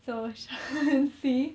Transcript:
so 山西